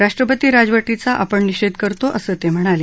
राष्ट्रपती राजवटीचा आपण निषेध करतो असं ते म्हणाले